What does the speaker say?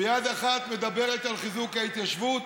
ביד אחת מדברת על חיזוק ההתיישבות